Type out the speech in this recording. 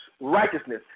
righteousness